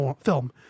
film